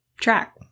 track